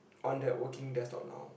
on that working desktop now